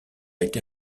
été